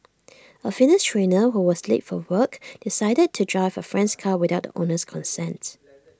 A fitness trainer who was late for work decided to drive A friend's car without the owner's consent